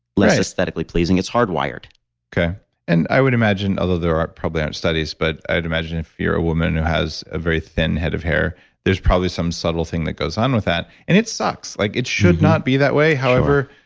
less aesthetically pleasing. it's hard wired and i would imagine, although there probably aren't studies, but i'd imagine if you're a woman who has a very thin head of hair there's probably some subtle thing that goes on with that, and it sucks. like it should not be that way however,